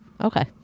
Okay